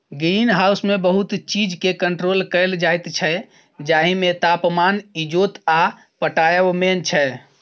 green हाउसमे बहुत चीजकेँ कंट्रोल कएल जाइत छै जाहिमे तापमान, इजोत आ पटाएब मेन छै